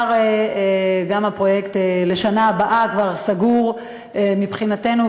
גם הפרויקט לשנה הבאה כבר סגור מבחינתנו,